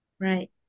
Right